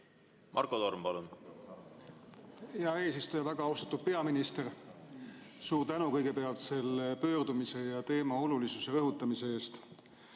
Marko Torm, palun! Hea eesistuja! Väga austatud peaminister! Suur tänu kõigepealt selle pöördumise ja teema olulisuse rõhutamise eest!